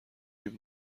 این